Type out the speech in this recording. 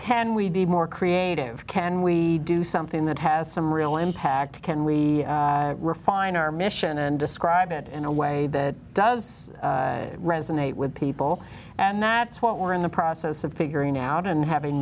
can we be more creative can we do something that has some real impact can we refine our mission and describe it in a way that does resonate with people and that's what we're in the process of figuring out and having